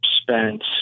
spent